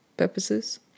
purposes